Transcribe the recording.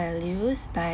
values by